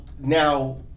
Now